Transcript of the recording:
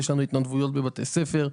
אז יש לנו התנדבויות בבתי ספר,